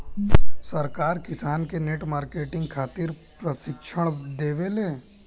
सरकार किसान के नेट मार्केटिंग खातिर प्रक्षिक्षण देबेले?